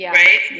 right